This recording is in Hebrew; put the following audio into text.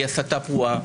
היא הסתה פרועה,